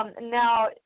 Now